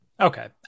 Okay